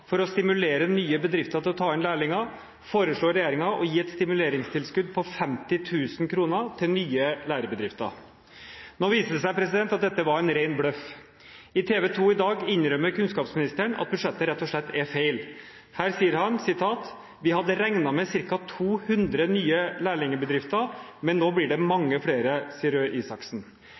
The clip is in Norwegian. å stimulere nye bedrifter til å ta inn lærlinger, foreslår Regjeringen å gi et stimuleringstilskudd på 50 000 kroner til nye lærebedrifter.» Nå viser det seg at dette var en ren bløff. I TV2 i dag innrømmer kunnskapsministeren at budsjettet rett og slett er feil: «Vi hadde regnet med ca. 200 nye lærlingbedrifter, men nå blir det mange flere,» sier Røe Isaksen.